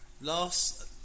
Last